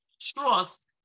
trust